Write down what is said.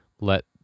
let